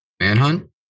Manhunt